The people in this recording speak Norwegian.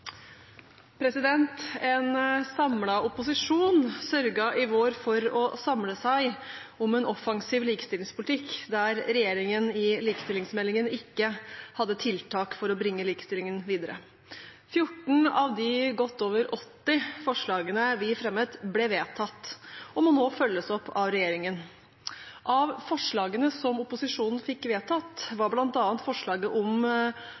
opposisjon sørget i vår for å samle seg om en offensiv likestillingspolitikk der regjeringen i likestillingsmeldingen ikke hadde tiltak for å bringe likestillingen videre. 14 av de over 80 forslagene vi fremmet, ble vedtatt og må nå følges opp av regjeringen. Av forslagene som ble vedtatt, var blant annet forslaget om